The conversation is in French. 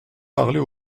parler